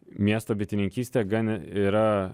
miesto bitininkystė gan yra